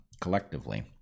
collectively